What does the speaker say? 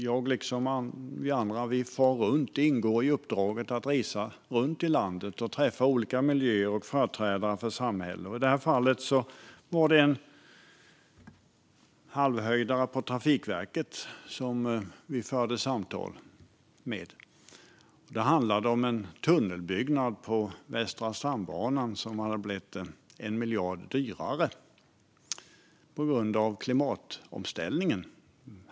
Jag liksom ni andra far runt - det ingår i uppdraget att resa runt i landet och träffa olika miljöer och företrädare för samhället. I detta fall var det en halvhöjdare på Trafikverket som vi förde samtal med. Det handlade om ett tunnelbygge på Västra stambanan, som hade blivit 1 miljard dyrare på grund av klimatomställningen.